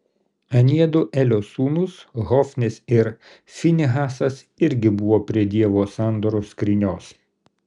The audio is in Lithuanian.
aniedu elio sūnūs hofnis ir finehasas irgi buvo prie dievo sandoros skrynios